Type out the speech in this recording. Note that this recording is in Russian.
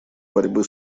борьбы